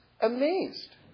amazed